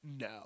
no